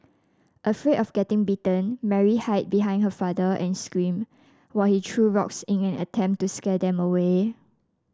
afraid of getting bitten Mary hid behind her father and screamed while he threw rocks in an attempt to scare them away